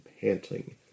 panting